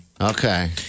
Okay